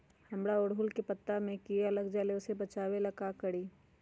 हमरा ओरहुल के पत्ता में किरा लग जाला वो से बचाबे ला का करी?